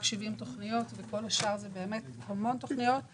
70 תוכניות וכל השאר זה באמת המון תוכניות.